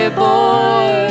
boy